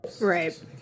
Right